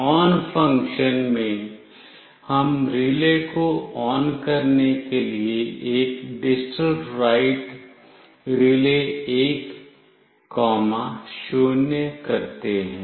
ON function में हम relay को ON करने के लिए एक digitalWrite RELAY10 करते हैं